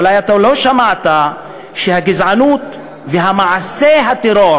אולי אתה לא שמעת שהגזענות ומעשי הטרור